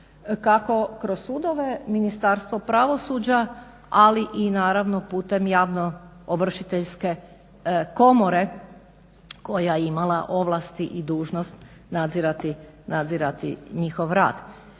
kako kroz sudove, Ministarstvo pravosuđa, ali i naravno putem javnoovršiteljske komore koja je imala ovlasti i dužnost nadzirati njihov rad.